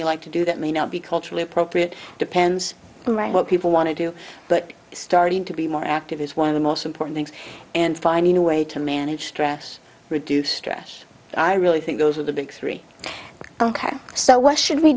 you like to do that may not be culturally appropriate depends what people want to do but starting to be more active is one of the most important things and finding a way to manage stress reduce stress i really think those are the big three ok so what should we